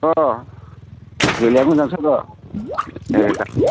अह जोलैया मोजांथ' र' दे दे जाथ'बाय